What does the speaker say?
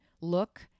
look